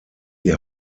die